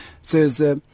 says